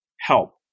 help